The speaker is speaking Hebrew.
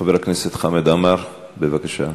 חבר הכנסת חמד עמאר, בבקשה.